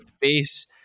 base